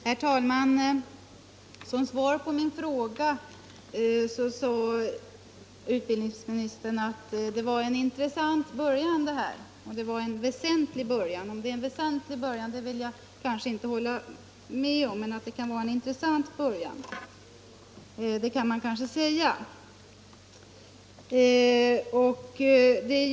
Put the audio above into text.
Herr talman! Som svar på min fråga sade utbildningsministern att det här var en intressant och väsentlig början. Jag vill kanske inte hålla med om att det är en väsentlig början, men man kan kanske säga att det kan vara en intressant början.